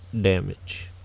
damage